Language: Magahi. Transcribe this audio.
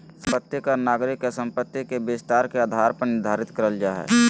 संपत्ति कर नागरिक के संपत्ति के विस्तार के आधार पर निर्धारित करल जा हय